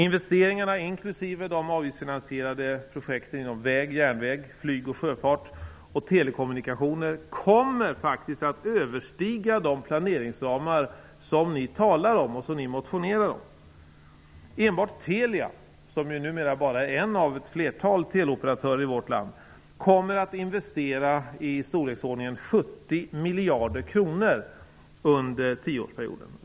Investeringarna -- inklusive de avgiftsfinansierade projekten när det gäller vägar, järnvägar, flyg, sjöfart och telekommunikationer -- kommer faktiskt att överstiga de planeringsramar som ni talar och motionerar om. Enbart Telia, som numera bara är en av ett flertal teleoperatörer i vårt land, kommer att investera i storleksordningen 70 miljarder kronor under tioårsperioden.